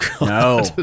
No